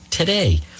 Today